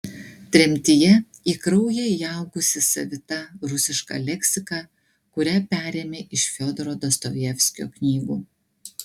tremtyje į kraują įaugusi savita rusiška leksika kurią perėmė iš fiodoro dostojevskio knygų